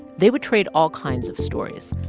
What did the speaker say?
they would trade all kinds of stories,